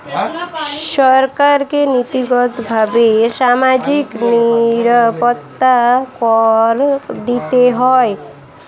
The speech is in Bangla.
সরকারকে নীতিগতভাবে সামাজিক নিরাপত্তা কর দিতে হয়